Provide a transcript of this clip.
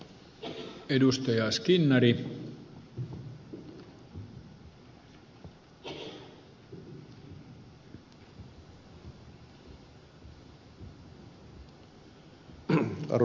arvoisa puhemies